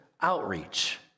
outreach